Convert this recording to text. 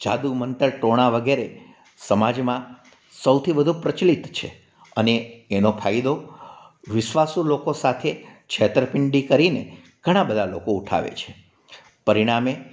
જાદુ મંતર ટોણાં વગેરે સમાજમાં સૌથી વધુ પ્રચલિત છે અને એનો ફાયદો વિશ્વાસુ લોકો સાથે છેતરપિંડી કરીને ઘણા બધા લોકો ઉઠાવે છે પરિણામે